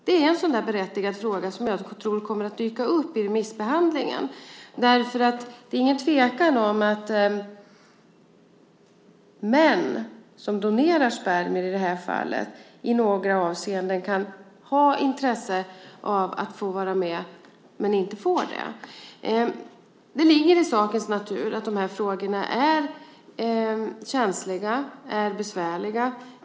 Det är en berättigad fråga som jag tror kommer att dyka upp i remissbehandlingen. Det är ingen tvekan om att i det här fallet män som donerar spermier i några avseenden kan ha intresse av att få vara med men inte får det. Det ligger i sakens natur att de här frågorna är känsliga och besvärliga.